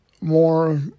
more